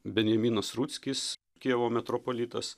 benjaminas ruckis kijevo metropolitas